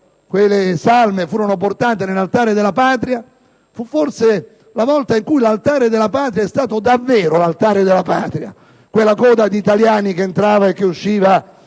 quelle salme furono portate all'Altare della Patria fu forse la volta in cui quel monumento è stato davvero l'Altare della Patria, con quella coda di italiani che entravano e uscivano